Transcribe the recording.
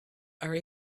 are